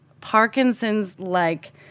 Parkinson's-like